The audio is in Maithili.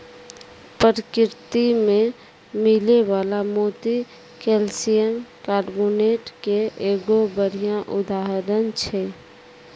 परकिरति में मिलै वला मोती कैलसियम कारबोनेट के एगो बढ़िया उदाहरण छै